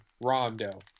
Rondo